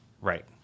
Right